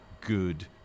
good